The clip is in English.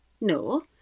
No